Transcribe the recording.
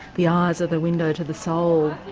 the eyes are the window to the soul.